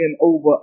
over